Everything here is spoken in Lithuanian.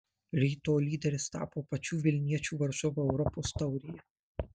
ryto lyderis tapo pačių vilniečių varžovu europos taurėje